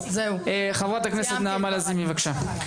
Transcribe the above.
חברת הכנסת נעמה לזימי, בבקשה.